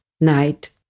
night